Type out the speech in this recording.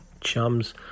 chums